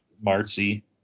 Marcy